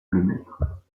lemaître